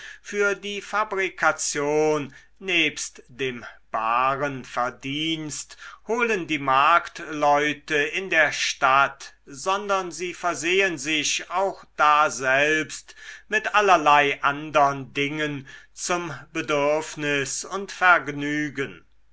für die fabrikation nebst dem baren verdienst holen die marktleute in der stadt sondern sie versehen sich auch daselbst mit allerlei andern dingen zum bedürfnis und vergnügen